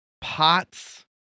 pots